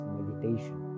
meditation